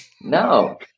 No